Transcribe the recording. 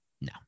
No